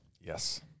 Yes